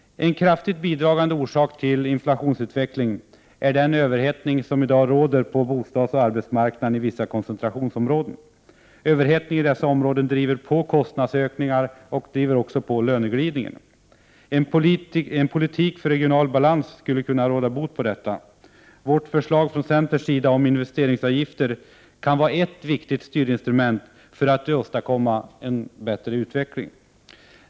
En kraftigt bidragande orsak till inflationsutvecklingen är den överhettning som i dag råder på bostadsoch arbetsmarknaden i vissa koncentrationsområden. Överhettningen i dessa områden driver på kostnadsökningar och löneglidning. En politik för regional balans skulle kunna råda bot på detta. Centerns förslag om investeringsavgifter kan innebära ett viktigt styrinstrument för att åstadkomma en sådan utveckling.